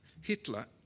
Hitler